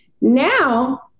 now